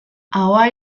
ahoa